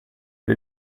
per